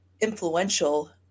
influential